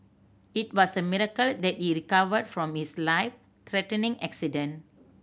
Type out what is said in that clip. it was a miracle that he recovered from his life threatening accident